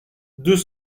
deux